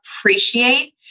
appreciate